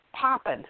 popping